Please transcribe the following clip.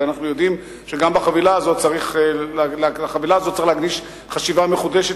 ואנחנו יודעים שגם לחבילה הזאת צריך להקדיש חשיבה מחודשת,